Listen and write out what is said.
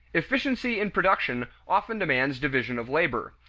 efficiency in production often demands division of labor.